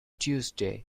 tuesday